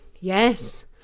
Yes